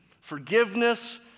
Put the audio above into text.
forgiveness